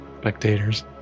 spectators